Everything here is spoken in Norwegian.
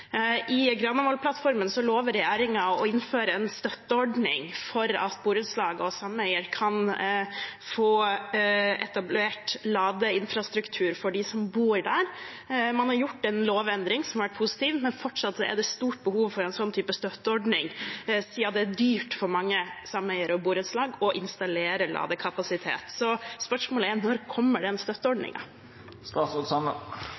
sameier kan få etablert ladeinfrastruktur for dem som bor der. Man har gjort en lovendring som har vært positiv, men fortsatt er det stort behov for en sånn type støtteordning, siden det er dyrt for mange sameier og borettslag å installere ladekapasitet. Så spørsmålet er: Når kommer den